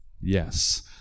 Yes